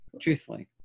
truthfully